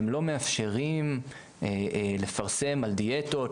שהם לא מאפשרים לפרסם על דיאטות,